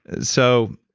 so,